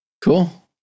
Cool